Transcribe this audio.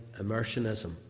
immersionism